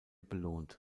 belohnt